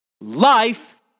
Life